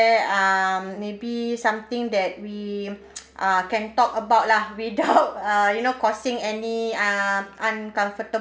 um maybe something that we uh can talk about lah without uh you know causing any uh uncomfortable